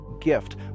gift